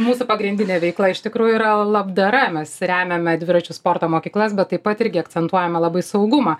mūsų pagrindinė veikla iš tikrųjų yra labdara mes remiame dviračių sporto mokyklas bet taip pat irgi akcentuojame labai saugumą